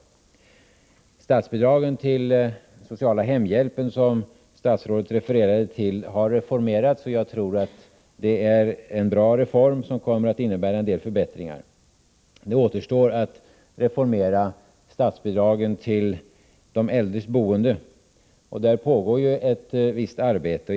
Reglerna för statsbidragen till sociala hemhjälpen, som statsrådet refererade till, har reformerats. Jag tror att det är en bra reform, som kommer att innebära en del förbättringar. Det återstår att reformera statsbidragen till de äldres boende, och där pågår ju ett visst arbete.